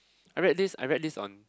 I read this I read this on